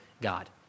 God